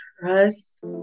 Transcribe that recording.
Trust